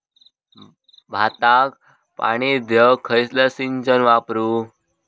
भाताक पाणी देऊक खयली सिंचन वापरू?